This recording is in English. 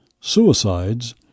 suicides